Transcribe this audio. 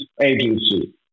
agency